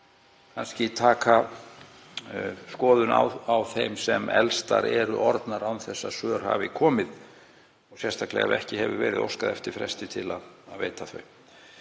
kannski taka skoðun á þeim sem elstar eru orðnar án þess að svör hafi komið, sérstaklega ef ekki hefur verið óskað eftir fresti til að veita þau.